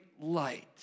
light